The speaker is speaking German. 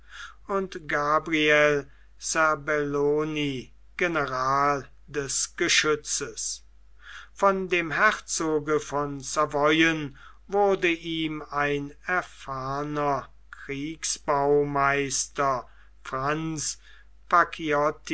und gabriel serbellon general des geschützes von dem herzoge von savoyen wurde ihm ein erfahrner kriegsbaumeister franz